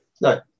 No